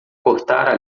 cortar